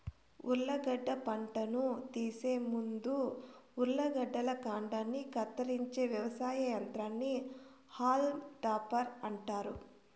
ఉర్లగడ్డ పంటను తీసే ముందు ఉర్లగడ్డల కాండాన్ని కత్తిరించే వ్యవసాయ యంత్రాన్ని హాల్మ్ టాపర్ అంటారు